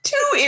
Two